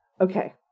okay